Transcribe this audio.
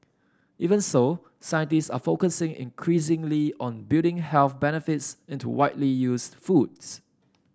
even so scientists are focusing increasingly on building health benefits into widely used foods